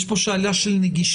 יש כאן שאלה של נגישות,